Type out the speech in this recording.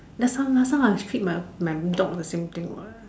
last time last time I treat my my dog all the same thing what